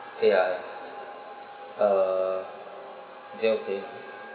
so ya uh is that okay